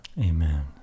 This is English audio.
Amen